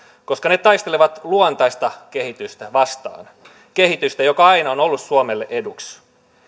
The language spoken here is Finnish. koska ne taistelevat luontaista kehitystä vastaan kehitystä joka aina on ollut suomelle eduksi